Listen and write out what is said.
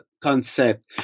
concept